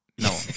No